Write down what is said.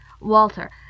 Walter